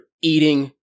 eating